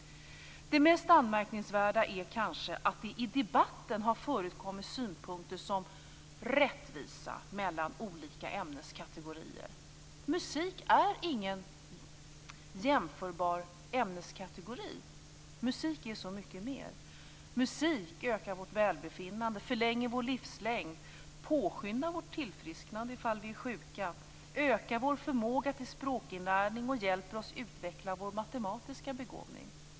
Det mest anmärkningsvärda är kanske att det i debatten har förekommit synpunkter som rättvisa mellan olika ämneskategorier. Musik är ingen jämförbar ämneskategori. Musik är så mycket mer. Musik ökar vårt välbefinnande, förlänger våra liv, påskyndar vårt tillfrisknande om vi är sjuka, ökar vår förmåga till språkinlärning och hjälper oss att utveckla vår matematiska begåvning.